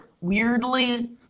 weirdly